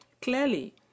Clearly